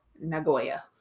Nagoya